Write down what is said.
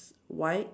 white